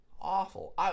Awful